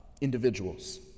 individuals